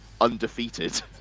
undefeated